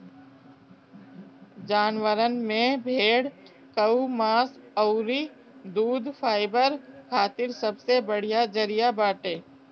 जानवरन में भेड़ कअ मांस अउरी दूध फाइबर खातिर सबसे बढ़िया जरिया बाटे